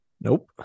Nope